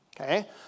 Okay